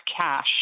cash